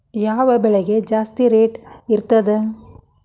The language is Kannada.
ಯಾವ ಬೆಳಿಗೆ ಜಾಸ್ತಿ ರೇಟ್ ಇರ್ತದ?